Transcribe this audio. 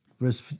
verse